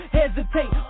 hesitate